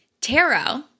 tarot